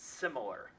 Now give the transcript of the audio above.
similar